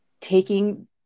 taking